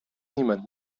niemand